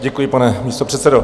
Děkuji, pane místopředsedo.